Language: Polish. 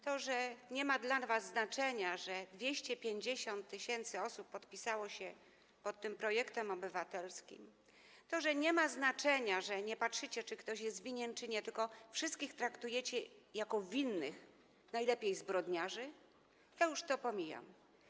To, że nie ma dla was znaczenia, że 250 tys. osób podpisało się pod tym projektem obywatelskim, to, że nie ma znaczenia, że nie patrzycie, czy ktoś jest winien, czy nie, tylko wszystkich traktujecie jako winnych, najlepiej zbrodniarzy, to już pomijam.